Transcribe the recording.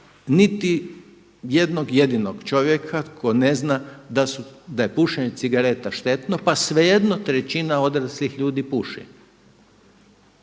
niti jednog jedinog čovjeka koji ne zna da je pušenje cigareta štetno pa svejedno trećina odraslih ljudi puši.